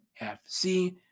FC